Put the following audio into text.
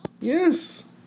Yes